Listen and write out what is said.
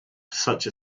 such